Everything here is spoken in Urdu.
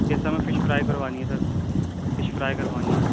جیسے ہمیں فش فرائی کروانی ہے سر فش فرائی کروانی ہے